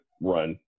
run